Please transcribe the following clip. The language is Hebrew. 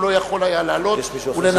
הוא לא יכול היה לעלות ולנמק.